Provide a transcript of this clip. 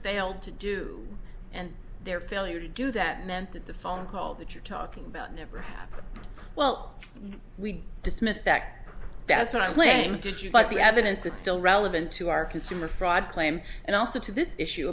failed to do and their failure to do that meant that the phone call that you're talking about never happened well we dismissed that that's what i'm saying did you but the evidence is still relevant to our consumer fraud claim and also to this issue